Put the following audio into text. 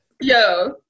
Yo